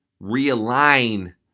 realign